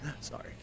Sorry